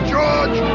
George